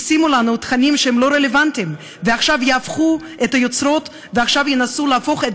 ישימו לנו תכנים לא רלוונטיים ויהפכו את היוצרות וינסו להפוך את